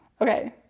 Okay